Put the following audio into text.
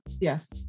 yes